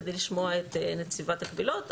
כדי לשמוע את נציבת הקבילות.